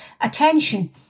attention